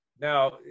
Now